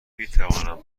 میتوانم